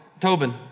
Tobin